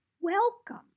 welcome